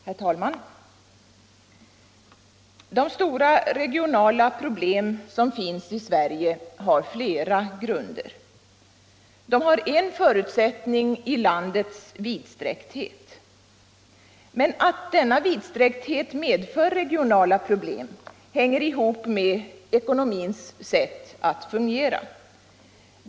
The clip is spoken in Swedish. Herr talman! De stora regionala problem som finns i Sverige har flera grunder. De har en förutsättning i landets vidsträckthet. Men att denna vidsträckthet medför regionala problem hänger ihop med ekonomins sätt att fungera.